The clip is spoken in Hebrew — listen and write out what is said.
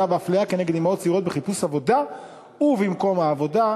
ואפליה נגד אימהות צעירות במהלך חיפוש העבודה ובמקום העבודה,